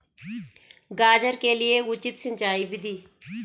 गाजर के लिए उचित सिंचाई विधि?